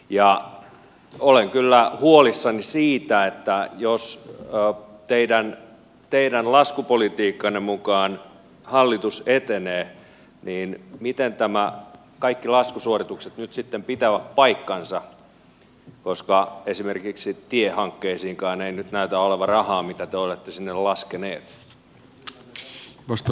ja olen kyllä huolissani siitä että jos teidän laskupolitiikkanne mukaan hallitus etenee niin miten nämä kaikki laskusuoritukset nyt sitten pitävät paikkansa koska esimerkiksi tiehankkeisiinkaan ei nyt näytä olevan sitä rahaa mitä te olette sinne laskeneet